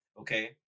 Okay